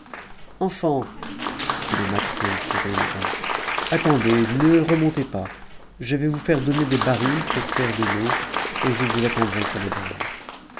enfants dit-il aux matelots qui étaient dedans attendez ne remontez pas je vais vous faire donner les barils pour faire de eau et je vous attendrai sur les bords